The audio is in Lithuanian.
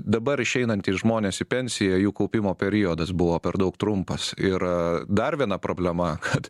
dabar išeinantys žmonės į pensiją jų kaupimo periodas buvo per daug trumpas ir dar viena problema kad